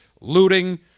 looting